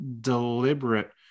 deliberate